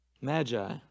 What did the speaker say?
Magi